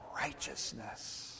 Righteousness